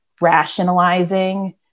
rationalizing